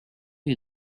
you